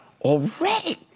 already